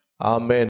Amen